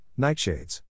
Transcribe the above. Nightshades